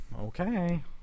okay